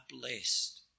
blessed